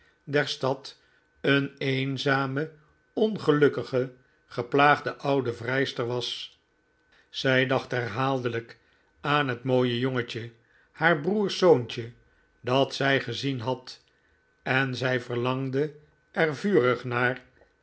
der stad een eenzame ongelukkige geplaagde oude vrijster was zij dacht herhaaldelijk aan het mooie jongetje haar broers zoontje dat zij gezien had en zij verlangde er vurig naar